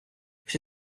всі